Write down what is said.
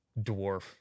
dwarf